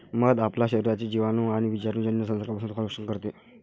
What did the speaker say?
मध आपल्या शरीराचे जिवाणू आणि विषाणूजन्य संसर्गापासून संरक्षण करते